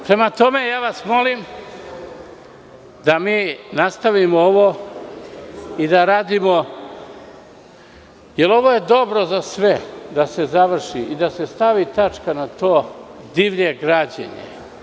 Prema tome, molim vas da mi nastavimo ovo i da radimo, jer ovo je dobro za sve, da se završi i da se stavi tačka na to divlje građenje.